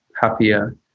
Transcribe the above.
happier